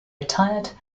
retired